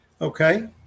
Okay